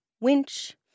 winch